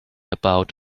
about